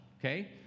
okay